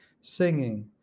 Singing